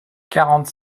quarante